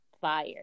fire